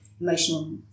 emotional